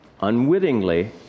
unwittingly